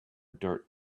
dirt